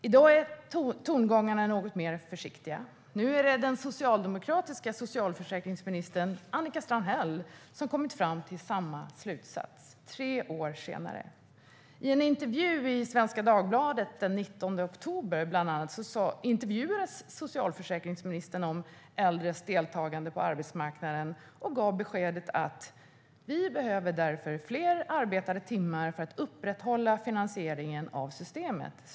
I dag är tongångarna något mer försiktiga. Nu är det den socialdemokratiska socialförsäkringsministern Annika Strandhäll som kommit fram till samma slutsats, tre år senare. I en intervju i bland andra Svenska Dagbladet den 19 oktober tillfrågades socialförsäkringsministern om äldres deltagande på arbetsmarknaden och gav då beskedet: "Vi behöver därför fler arbetade timmar för att upprätthålla finansieringen av systemet."